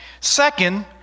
Second